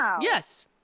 Yes